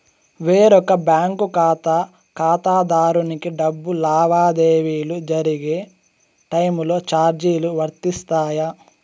వేరొక బ్యాంకు ఖాతా ఖాతాదారునికి డబ్బు లావాదేవీలు జరిగే టైములో చార్జీలు వర్తిస్తాయా?